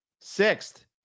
Sixth